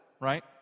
right